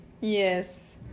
Yes